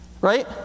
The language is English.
Right